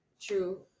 true